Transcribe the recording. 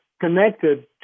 connected